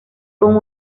con